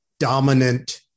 dominant